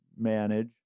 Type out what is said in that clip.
manage